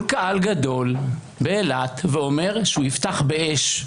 קהל גדול באילת ואומר שהוא יפתח באש.